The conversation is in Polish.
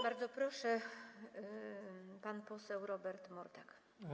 Bardzo proszę, pan poseł Robert Mordak.